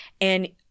And-